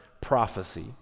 prophecy